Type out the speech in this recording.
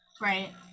right